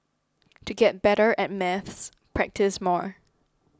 to get better at maths practise more